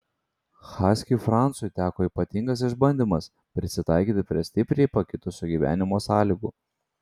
haskiui francui teko ypatingas išbandymas prisitaikyti prie stipriai pakitusio gyvenimo sąlygų